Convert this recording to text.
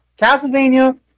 Castlevania